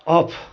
off